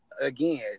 again